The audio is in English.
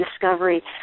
discovery